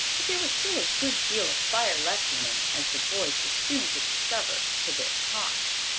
but there was still a good deal of fire left in him, as the boys were soon to discover to their cost.